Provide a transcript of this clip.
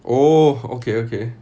oh okay okay